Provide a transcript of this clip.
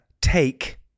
take